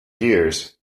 years